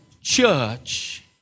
church